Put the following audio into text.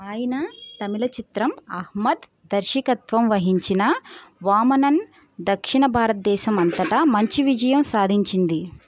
ఆయన తమిళ చిత్రం అహ్మద్ దర్శకత్వం వహించిన వామనన్ దక్షిణ భారతదేశం అంతటా మంచి విజయం సాధించింది